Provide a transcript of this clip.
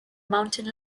mountain